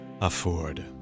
afford